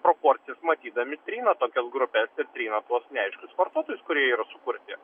proporcijas matydami trina tokias grupes trina tuos neaiškius vartotojus kurie yra sukurti